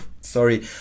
sorry